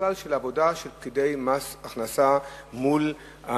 בכלל בשיטה של עבודה של פקידי מס הכנסה מול הנישומים.